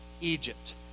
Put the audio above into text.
Egypt